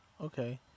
Okay